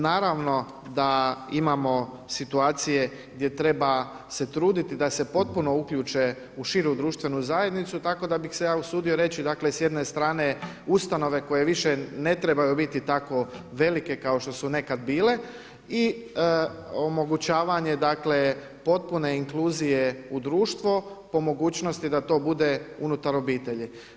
Naravno da imamo situacije gdje treba se truditi da se potpuno uključe u širu društvenu zajednicu tako da bih se ja usudio reći, dakle s jedne strane ustanove koje više ne trebaju biti tako velike kao što su nekad bile i omogućavanje, dakle potpune inkluzije u društvo po mogućnosti da to bude unutar obitelji.